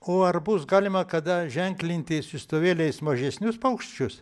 o ar bus galima kada ženklinti siųstuvėliais mažesnius paukščius